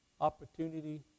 opportunity